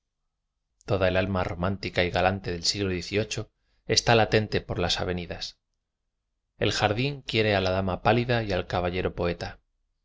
toda el alma romántica y galante del si glo dieciocho está latente por las avenidas el jardín quiere a la dama pálida y al caba llero poeta